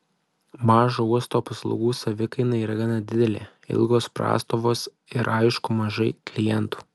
mažo uosto paslaugų savikaina yra gana didelė ilgos prastovos ir aišku mažai klientų